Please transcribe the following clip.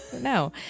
no